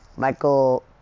Michael